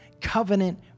Covenant